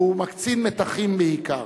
ומקצין מתחים בעיקר,